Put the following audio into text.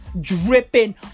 Dripping